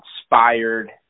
inspired